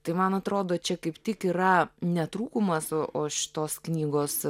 tai man atrodo čia kaip tik yra ne trūkumas o o šitos knygos